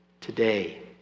today